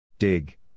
Dig